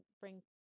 bring